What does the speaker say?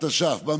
התש"ף 2020,